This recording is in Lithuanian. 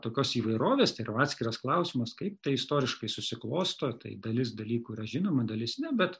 tokios įvairovės ir atskiras klausimas kaip tai istoriškai susiklosto tai dalis dalykų yra žinoma dalis ne bet